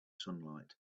sunlight